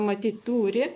matyt turi